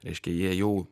reiškia jie jau